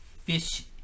fish